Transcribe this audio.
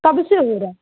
کب سے ہو رہا ہے